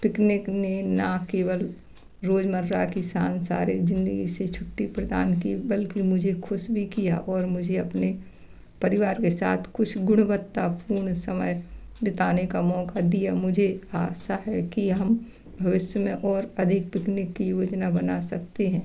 picnic ने न केवल रोज़मर्रा की सांसारिक ज़िन्दगी से छुट्टी प्रदान की बल्कि मुझे खुश भी किया और मुझे अपने परिवार के साथ कुछ गुणवत्तापूर्ण समय बिताने का मौका दिया मुझे आशा है कि हम भविष्य में ओर अधिक पिकनिक की योजना बना सकते हैं